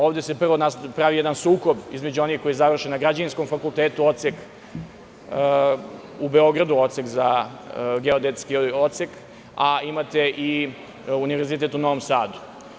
Ovde se prvo pravi jedan sukob između onih koji završe na Građevinskom fakultetu u Beogradu, geodetski odsek, a imate i univerzitet u Novom Sadu.